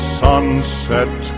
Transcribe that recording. sunset